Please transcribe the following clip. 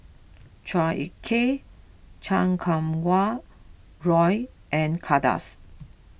Chua Ek Kay Chan Kum Wah Roy and Kay Das